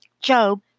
Job